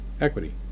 equity